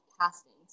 castings